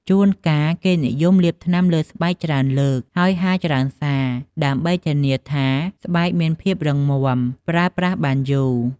ជួនកាល គេនិយមលាបថ្នាំលើស្បែកច្រើនលើក ហើយហាលច្រើនសា ដើម្បីធានាថាស្បែកមានភាពរឹងមាំ ប្រើប្រាស់បានយូរ។